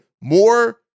more